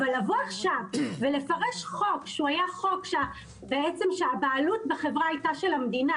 אבל לבוא עכשיו ולפרש חוק שהבעלות בחברה היתה של המדינה,